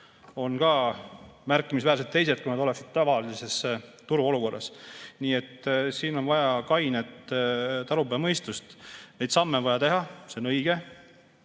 on ka märkimisväärselt teised, kui nad oleksid tavalises turuolukorras. Nii et siin on vaja kainet talupojamõistust. Neid samme on vaja teha, see on õige,